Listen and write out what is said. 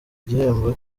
igihembo